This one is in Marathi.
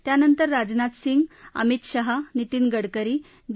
त्यानंतर राजनाथ सिंग अमित शहा नितीन गडकरी डी